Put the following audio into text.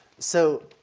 so,